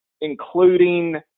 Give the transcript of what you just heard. including